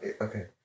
Okay